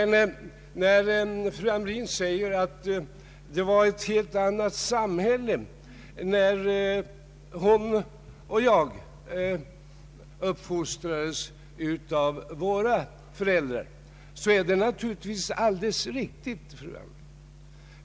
När fru Hamrin-Thorell säger att det var ett helt annat samhälle när hon och jag uppfostrades av våra föräldrar så är det naturligtvis alldeles riktigt.